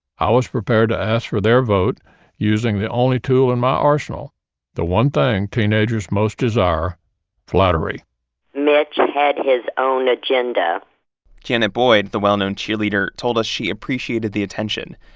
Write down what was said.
i was prepared to ask for their vote using the only tool in my arsenal the one thing teenagers most desire flattery mitch had his own agenda janet boyd, the well-known cheerleader, told us she appreciated the attention,